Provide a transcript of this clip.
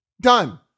done